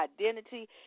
identity